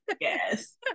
Yes